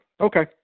Okay